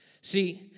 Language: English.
see